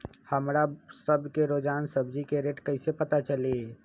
हमरा सब के रोजान सब्जी के रेट कईसे पता चली?